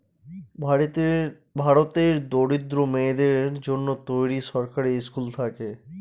ভারতের দরিদ্র মেয়েদের জন্য তৈরী সরকারি স্কুল থাকে